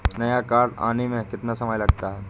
नया कार्ड आने में कितना समय लगता है?